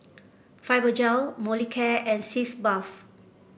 Fibogel Molicare and Sitz Bath